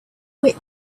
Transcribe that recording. whip